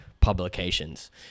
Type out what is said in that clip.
publications